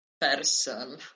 person